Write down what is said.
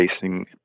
facing